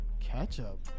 Ketchup